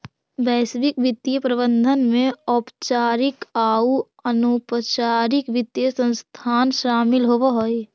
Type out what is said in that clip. वैश्विक वित्तीय प्रबंधन में औपचारिक आउ अनौपचारिक वित्तीय संस्थान शामिल होवऽ हई